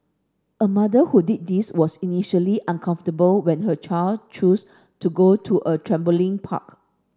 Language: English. a mother who did this was initially uncomfortable when her child choose to go to a trampoline park